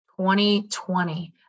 2020